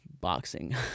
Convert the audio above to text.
boxing